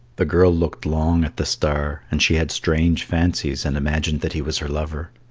the girl looked long at the star, and she had strange fancies, and imagined that he was her lover.